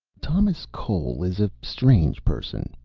thomas cole is a strange person,